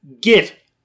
Get